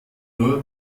nur